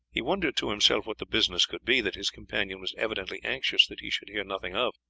he wondered to himself what the business could be that his companion was evidently anxious that he should hear nothing of.